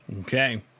Okay